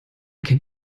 kennt